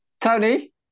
Tony